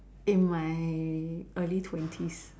in my early twenties